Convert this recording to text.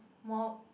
more